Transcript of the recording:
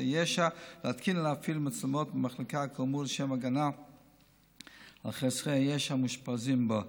ישע להתקין ולהפעיל מצלמות במחלקה לשם הגנה על חסרי הישע המאושפזים בה.